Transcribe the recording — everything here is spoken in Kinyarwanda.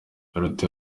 biruta